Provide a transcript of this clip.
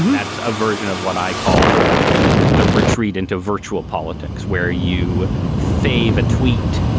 and that's a version of what i call sort of the retreat into virtual politics where you fave a tweet,